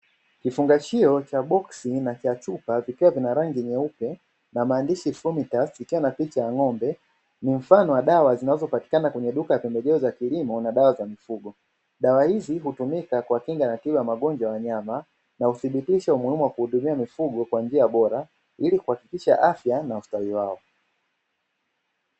Kifubgashio cha boksi na cha chupa kikiwa na rangi nyeupe na maandishi Flumitax ikiwa na picha ya ng’ombe, ni mfano wa dawa zinazopatikana kwenye maduka ya pembejeo za kilimo na dawa za mifugo. Dawa hizi hutumika kwa kinga na tiba ya magonjwa ya wanyama, na huthibitisha umuhimu wa kuwahudumia mifugo kwa njia bora ili kuhakikisha afya na ustawi wao.